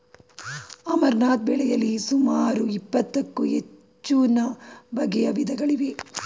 amaranth ಬೆಳೆಯಲಿ ಸುಮಾರು ಇಪ್ಪತ್ತಕ್ಕೂ ಹೆಚ್ಚುನ ಬಗೆಯ ವಿಧಗಳಿವೆ